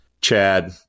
Chad